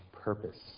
purpose